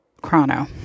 chrono